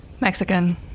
Mexican